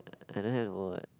I don't have